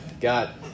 got